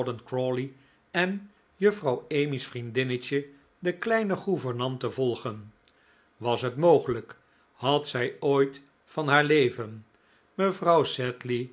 en juffrouw emmy's vriendinnetje de kleine gouvernante volgen was het mogelijk had zij ooit van haar leven mevrouw